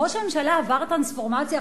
ראש הממשלה עבר טרנספורמציה?